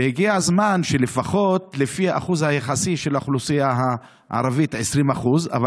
והגיע הזמן שלפחות לפי האחוז היחסי של האוכלוסייה הערבית 20%. אבל